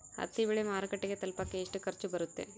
ಹತ್ತಿ ಬೆಳೆ ಮಾರುಕಟ್ಟೆಗೆ ತಲುಪಕೆ ಎಷ್ಟು ಖರ್ಚು ಬರುತ್ತೆ?